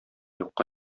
юкка